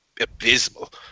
abysmal